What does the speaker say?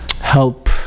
help